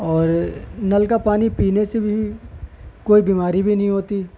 اور نل کا پانی پینے سے بھی کوئی بیماری بھی نہیں ہوتی